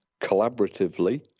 collaboratively